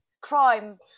crime